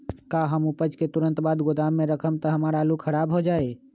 का हम उपज के तुरंत बाद गोदाम में रखम त हमार आलू खराब हो जाइ?